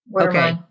Okay